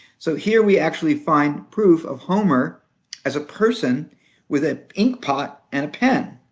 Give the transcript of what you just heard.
so here we actually find proof of homer as a person with an ink pot and a pen.